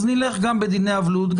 אז נלך גם בדיני אבלות,